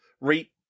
rate